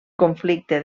conflicte